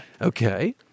Okay